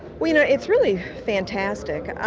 well, you know, it's really fantastic.